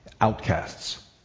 outcasts